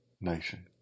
nation